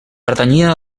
pertanyia